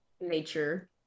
nature